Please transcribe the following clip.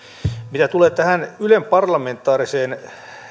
mitä tulee tähän ylen parlamentaariseen